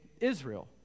Israel